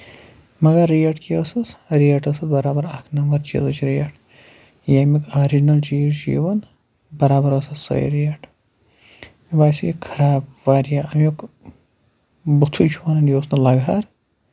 مَگر ریٹ کیاہ ٲسٕس ریٹ ٲسٕس برابر اکھ نَمبر ریٹ ییٚمُک اورِجنل چیٖز چھُ یِون برابر ٲسۍ سۄے ریٹ مےٚ باسے خراب واریاہ اَمیُک بُتھُے چھُ وَنان یہِ اوس نہٕ لَگہٕ ہر